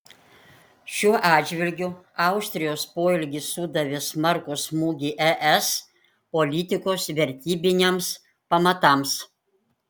šiuo atžvilgiu austrijos poelgis sudavė smarkų smūgį es politikos vertybiniams pamatams